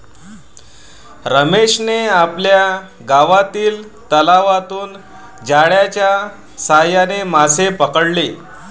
रमेशने आपल्या गावातील तलावातून जाळ्याच्या साहाय्याने मासे पकडले